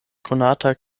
konata